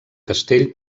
castell